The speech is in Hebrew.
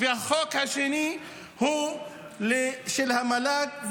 והחוק השני הוא של המל"ג,